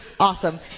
Awesome